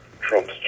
Trump's